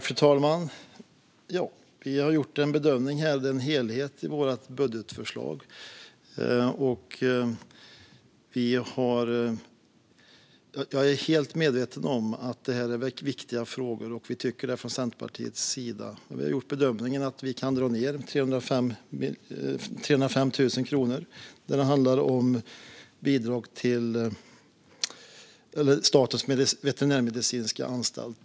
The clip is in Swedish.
Fru talman! Vi har gjort en bedömning, och det är en helhet i vårt budgetförslag. Jag är helt medveten om att det här är viktiga frågor; det tycker vi från Centerpartiets sida. Vi har gjort bedömningen att vi kan dra ned med 305 000 kronor när det handlar om Statens veterinärmedicinska anstalt.